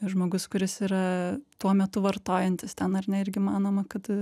žmogus kuris yra tuo metu vartojantis ten ar ne irgi manoma kad